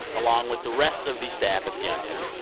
along with the rest of the staff at the onion.